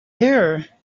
here